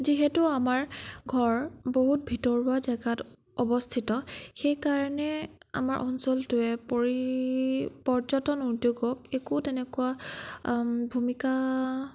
যিহেতু আমাৰ ঘৰ বহুত ভিতৰুৱা জেগাত অৱস্থিত সেইকাৰণে আমাৰ অঞ্চলটোৱে পৰি পৰ্যটন উদ্যোগক একো তেনেকুৱা ভূমিকা